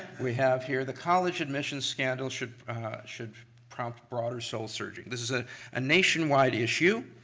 we have here the college admission scandal should should prompt broader soul searching. this is a ah nationwide issue,